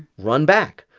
run back.